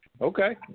Okay